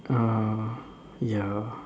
uh ya